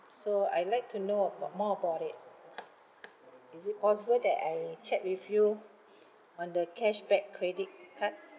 so I'd like to know about more about it is it possible that I check with you on the cashback credit card